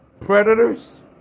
Predators